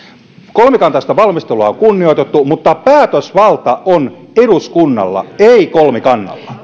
kolmikantaista valmistelua on kunnioitettu mutta päätösvalta on eduskunnalla ei kolmikannalla